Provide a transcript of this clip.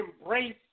embrace